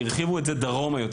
והרחיבה את זה דרומה יותר,